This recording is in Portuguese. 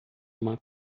uma